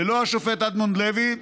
ללא השופט אדמונד לוי.